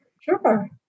sure